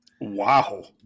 Wow